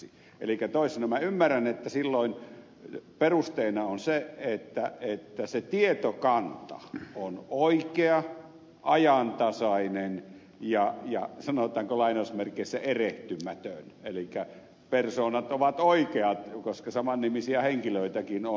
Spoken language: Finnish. elikkä toisin sanoen minä ymmärrän että silloin perusteena on se että se tietokanta on oikea ajantasainen ja sanotaanko erehtymätön elikkä persoonat ovat oikeat koska samannimisiä henkilöitäkin on